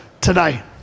today